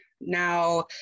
Now